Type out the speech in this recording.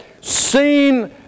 seen